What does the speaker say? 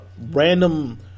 random